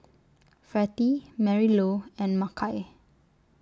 Vertie Marylou and Makai